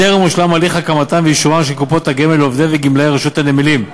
טרם הושלם הליך הקמתן ואישורן של קופות הגמל לעובדי וגמלאי רשות הנמלים.